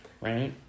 Right